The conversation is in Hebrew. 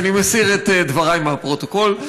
אני מסיר את דבריי מהפרוטוקול.